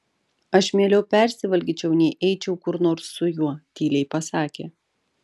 aš mieliau persivalgyčiau nei eičiau kur nors su juo tyliai pasakė